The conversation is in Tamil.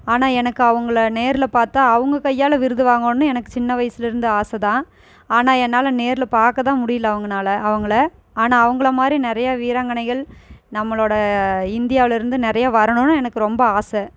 ஆனால் எனக்கு அவங்கள நேரில் பார்த்தா அவங்க கையால் விருது வாங்கணும்னு எனக்கு சின்ன வயசுலிருந்து ஆசைதான் ஆனால் என்னால் நேரில் பார்க்கதான் முடியல அவங்கனால அவங்கள ஆனால் அவங்கள மாதிரி நிறையா வீராங்கனைகள் நம்மளோடய இந்தியாவிலேருந்து நிறையா வரணும்னு எனக்கு ரொம்ப ஆசை